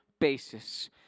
basis